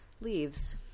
leaves